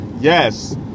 Yes